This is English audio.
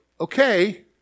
okay